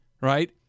right